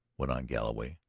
went on galloway,